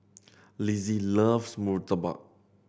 Lizzie loves murtabak